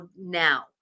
now